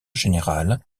générale